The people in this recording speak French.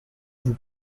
vous